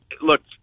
look